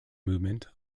movement